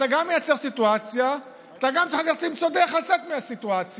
אתה גם מייצר סיטואציה ואתה גם צריך למצוא דרך לצאת מהסיטואציה.